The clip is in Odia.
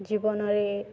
ଜୀବନରେ